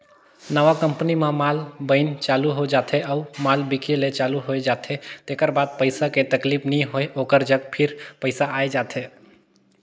नवा कंपनी म माल बइन चालू हो जाथे अउ माल बिके ले चालू होए जाथे तेकर बाद पइसा के तकलीफ नी होय ओकर जग फेर पइसा आए जाथे